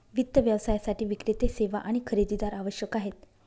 वित्त व्यवसायासाठी विक्रेते, सेवा आणि खरेदीदार आवश्यक आहेत